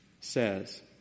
says